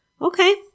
okay